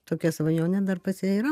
tokia svajonė dar pas ją yra